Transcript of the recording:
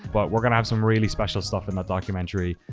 but we're going to have some really special stuff in the documentary.